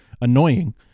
annoying